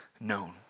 known